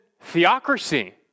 theocracy